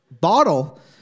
bottle